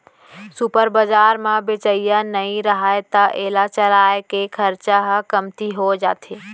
super बजार म बेचइया नइ रहय त एला चलाए के खरचा ह कमती हो जाथे